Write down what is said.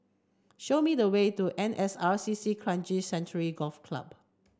show me the way to N S R C C Kranji Sanctuary Golf Club